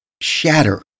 shatter